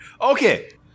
Okay